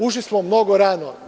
Ušli smo mnogo rano.